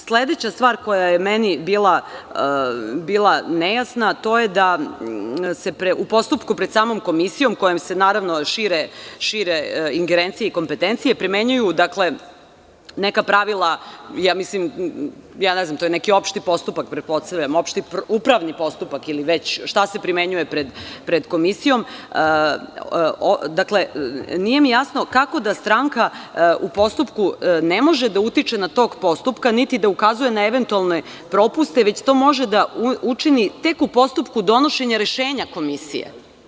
Sledeća stvar koja je meni bila nejasna, to je da se u postupku pred samom komisijom kojom se naravno šire ingerencije i kompetencije primenjuju dakle, neka pravila, to je neki opšti upravni postupak, već šta se primenjuje pred komisijom, nije mi jasno kako da stranka u postupku ne može da utiče na tok postupka, niti da ukazuje na eventualne propuste, već to može da učini tek u postupku donošenja rešenja komisije.